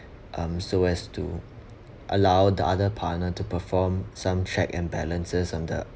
um so as to allow the other partner to perform some check and balances on the